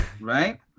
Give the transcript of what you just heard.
Right